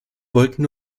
wollten